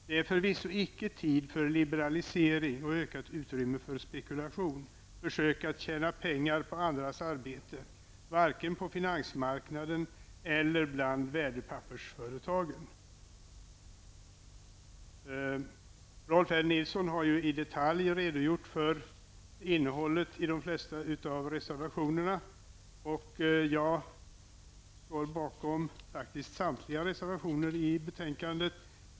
Det är förvisso icke tid för liberalisering och ökande utrymme för spekulation och försök att tjäna pengar på andras arbete, varken på finansmarknaden eller bland värdepappersföretag. Rolf L Nilson har ju i detalj redogjort för innehållet i de flesta av reservationerna, och jag står faktiskt bakom samtliga reservationer i betänkandet.